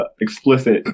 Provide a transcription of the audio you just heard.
explicit